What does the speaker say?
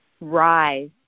rise